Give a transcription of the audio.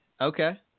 Okay